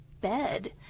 bed